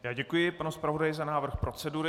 Já děkuji panu zpravodaji za návrh procedury.